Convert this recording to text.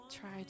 try